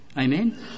Amen